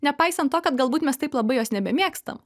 nepaisant to kad galbūt mes taip labai jos nebemėgstam